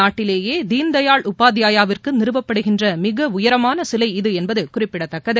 நாட்டிலேயேதீன் தயாள் உபாத்பாயாவிற்குநிறுவப்படுகின்றமிகஉயரமானசிலை இவ என்பதுகுறிப்பிடத்தக்கது